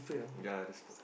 ya the spot one